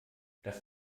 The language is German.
das